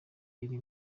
iri